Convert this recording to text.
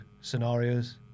scenarios